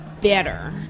better